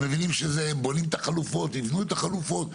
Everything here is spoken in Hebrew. הם מבינים שיבנו את החלופות.